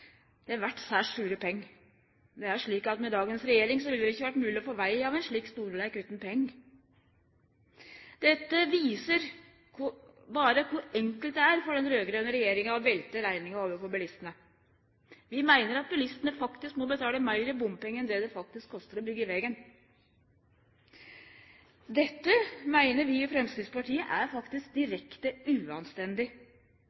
Det vert særs sure pengar. Det er slik at med dagens regjering ville det ikkje vore mogleg å få veg av ein slik storleik utan bompengar. Dette viser berre kor enkelt det er for den raud-grøne regjeringa å velte rekninga over på bilistane. Vi meiner at bilistane må betale meir i bompengar enn det det faktisk kostar å byggje vegen. Dette meiner vi i Framstegspartiet er